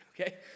Okay